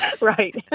right